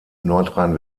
nordrhein